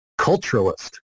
culturalist